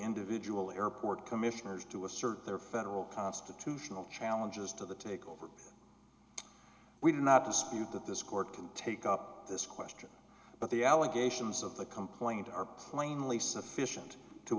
individual airport commissioners to assert their federal constitutional challenges to the takeover we do not dispute that this court can take up this question but the allegations of the complaint are plainly sufficient to